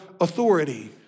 authority